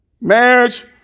marriage